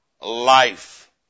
life